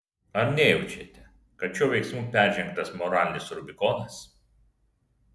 ar nejaučiate kad šiuo veiksmu peržengtas moralinis rubikonas